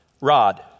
rod